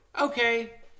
okay